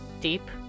deep